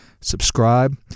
Subscribe